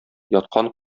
яткан